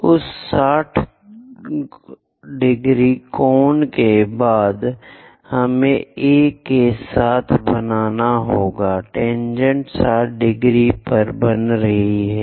उस 60 कोण के बाद हमें ए के साथ बनाना होगा टेनजेंट 60 बना रही हैं